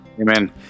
Amen